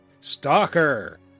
Stalker